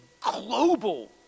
global